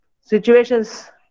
situations